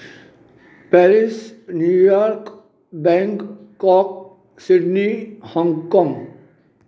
Paris New York Bangkok Sydney Hong Kong